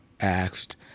asked